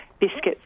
biscuits